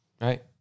right